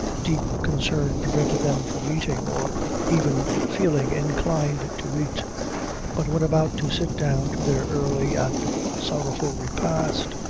deep concern prevented them from eating, or even feeling inclined to eat but when about to sit down to their early and sorrowful repast,